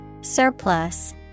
Surplus